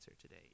today